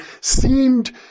seemed